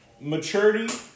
Maturity